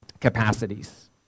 capacities